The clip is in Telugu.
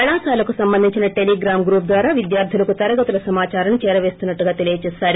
కళాశాలకు సంబంధించిన టెలిగ్రామ్ గ్రూప్ ద్వారా విద్యార్లు లకు తరగతుల సమాచారాన్ని చేర వేస్తున్నట్లు తెలియజేశారు